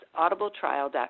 audibletrial.com